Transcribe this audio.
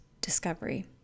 discovery